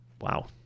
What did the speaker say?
wow